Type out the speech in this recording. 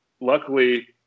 luckily